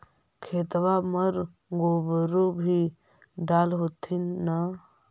खेतबा मर गोबरो भी डाल होथिन न?